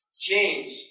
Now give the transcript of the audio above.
James